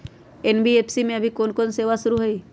NBFC में अभी कोन कोन सेवा शुरु हई?